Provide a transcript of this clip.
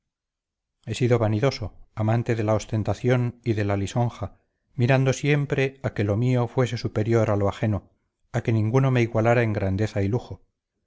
he sido vanidoso amante de la ostentación y de la lisonja mirando siempre a que lo mío fuese superior a lo ajeno a que ninguno me igualara en grandeza y lujo